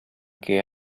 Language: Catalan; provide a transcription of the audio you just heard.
que